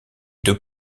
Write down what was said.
deux